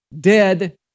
dead